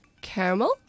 caramel